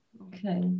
Okay